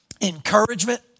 encouragement